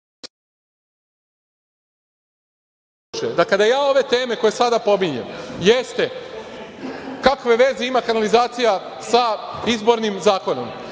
da kada ja ove teme koje sada pominjem – kakve veze ima kanalizacija sa Zakonom